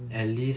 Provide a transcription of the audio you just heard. at least